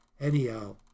anyhow